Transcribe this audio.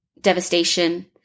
devastation